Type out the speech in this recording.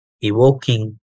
evoking